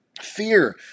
fear